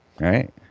Right